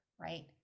right